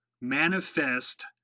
manifest